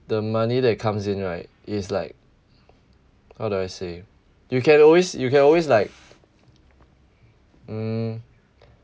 the money that comes in right is like how do I say you can always you can always like mm